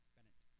Bennett